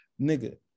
Nigga